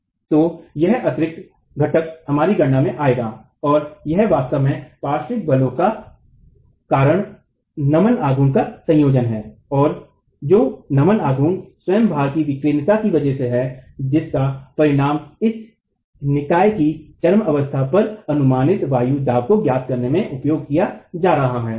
तो यह अतिरिक्त घटक हमारी गणना में आएगा और यह वास्तव में पार्श्विक बलों के कारण नमन आघूर्ण का संयोजन है और जो नमन आघूर्ण स्वयं भार की विकेन्द्रता की वजह से है जिसका परिणाम इस निकाय की चरम अवस्था पर अनुमानित वायु दाव को ज्ञात करने में उपियोग किया जा रहा है